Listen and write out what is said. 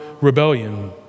rebellion